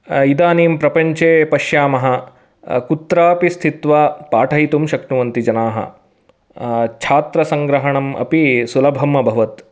इदानीं प्रपञ्चे पश्यामः कुत्रापि स्थित्वा पाठयितुं शक्नुवन्ति जनाः छात्रसङ्ग्रहणम् अपि सुलभम् अभवत्